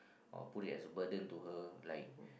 or put it as a burden to her like